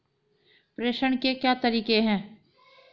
प्रेषण के तरीके क्या हैं?